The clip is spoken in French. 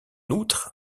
outre